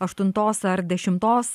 aštuntos ar dešimtos